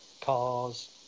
cars